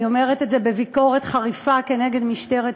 אני אומרת את זה בביקורת חריפה כנגד משטרת ישראל,